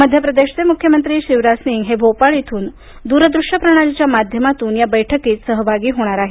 मध्यप्रदेशचे मुख्यमंत्री शिवराज सिंग हे भोपाळ इथून द्रदृश्य प्रणालीच्या माध्यमातून या बैठकीत सहभागी होणार आहेत